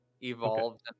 evolved